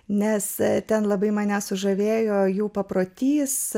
nes ten labai mane sužavėjo jų paprotys